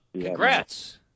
Congrats